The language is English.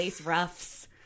ruffs